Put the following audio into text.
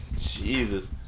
Jesus